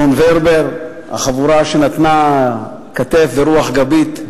רון ורבר, החבורה שנתנה כתף ורוח גבית,